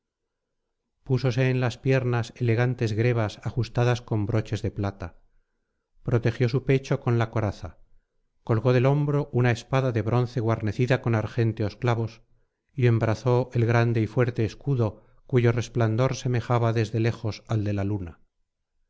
púsose en las piernas elegantes grebas ajustadas con broches de plata protegió su pecho con la coraza colgó del hombro una espada de bronce guarnecida con argénteos clavos y embrazó el grande y fuerte escudo cuyo resplandor semejaba desde lejos al de la luna